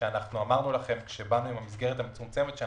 שאמרנו לכם שהסטנו,